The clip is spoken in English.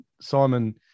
Simon